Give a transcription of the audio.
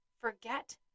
forget